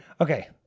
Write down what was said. Okay